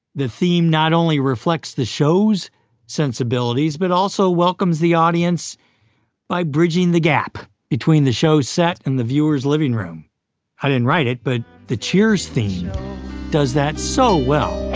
the theme not only reflects the show's sensibilities, but also welcomes the audience by bridging the gap between the show's set and the viewer's living room i didn't write it, but the cheers theme does that so well